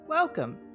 Welcome